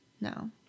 No